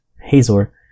Hazor